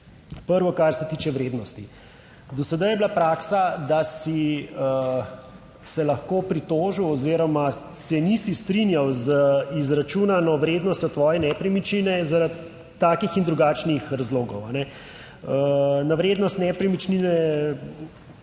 Prvo, kar se tiče vrednosti, do sedaj je bila praksa, da si se lahko pritožil oziroma se nisi strinjal z izračunano vrednostjo tvoje nepremičnine zaradi takih in drugačnih razlogov. **61.